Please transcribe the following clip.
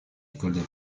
écoles